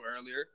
earlier